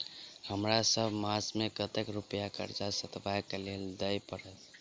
हमरा सब मास मे कतेक रुपया कर्जा सधाबई केँ लेल दइ पड़त?